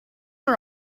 her